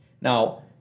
Now